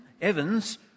Evan's